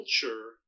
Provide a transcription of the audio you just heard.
culture